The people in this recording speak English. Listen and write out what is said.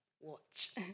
watch